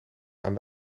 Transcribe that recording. aan